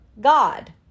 God